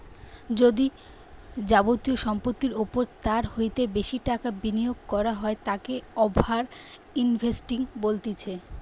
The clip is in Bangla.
যদি যাবতীয় সম্পত্তির ওপর তার হইতে বেশি টাকা বিনিয়োগ করা হয় তাকে ওভার ইনভেস্টিং বলতিছে